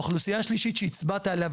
האוכלוסייה השלישית שהצבעת עליהם,